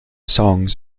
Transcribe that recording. songs